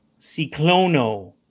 Ciclono